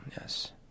yes